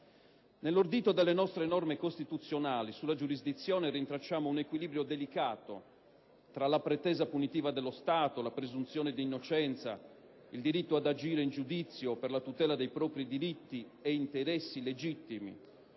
Nell'ordito delle nostre norme costituzionali sulla giurisdizione rintracciamo un equilibrio delicato tra la pretesa punitiva dello Stato, la presunzione di innocenza, il diritto ad agire in giudizio per la tutela dei diritti ed interessi legittimi